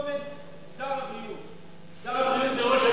הכתובת היא שר הבריאות, שר הבריאות זה ראש הממשלה.